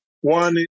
One